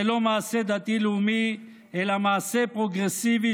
זה לא מעשה דתי-לאומי אלא מעשה פרוגרסיבי,